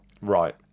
Right